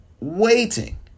Waiting